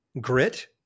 grit